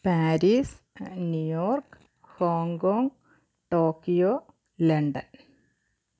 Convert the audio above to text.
Paris New York Hong Kong Tokyo London